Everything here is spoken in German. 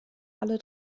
alle